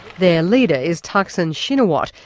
their leader is thaksin shinawat,